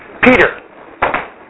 Peter